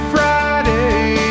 Friday